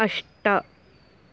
अष्ट